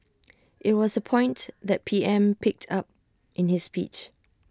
IT was A point the P M picked up in his speech